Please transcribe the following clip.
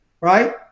right